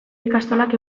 ikastolak